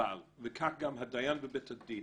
וכך גם הדיין בבית הדין,